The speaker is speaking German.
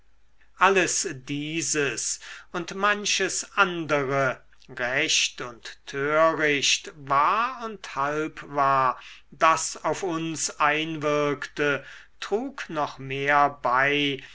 alles dieses und manches andere recht und töricht wahr und halbwahr das auf uns einwirkte trug noch mehr bei